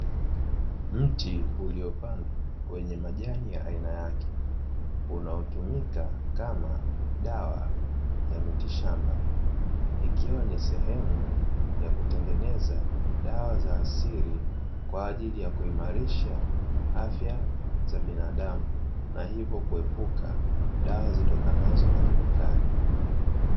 Mti uliopandwa wenye majani ya aina yake unaotumika kama dawa ya mitishamba. ikiwa ni sehemu ya kutengeneza dawa za asili kwa ajili ya kuimarisha afya za binadamu na hivyo kuepuka dawa zitokanazo na kemikali.